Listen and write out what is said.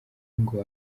ngo